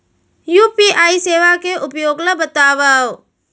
UPI सेवा के उपयोग ल बतावव?